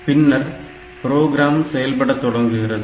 பின்னர் ப்ரோக்ராம் செயல்படத் தொடங்குகிறது